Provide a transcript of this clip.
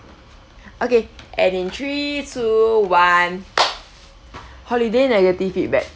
okay and in three two one holiday negative feedback